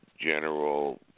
general